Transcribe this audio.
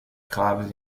graves